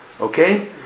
Okay